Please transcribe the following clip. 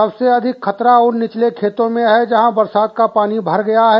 सबसे अधिक खतरा उन निचले खेतों में हैं जहां बरसात का पानी भर गया है